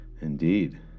indeed